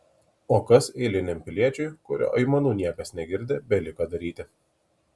o kas eiliniam piliečiui kurio aimanų niekas negirdi beliko daryti